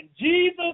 Jesus